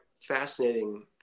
fascinating